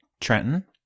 Trenton